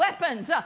weapons